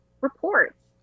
reports